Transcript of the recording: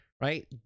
right